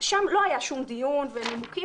שם לא היה שום דיון ונימוקים.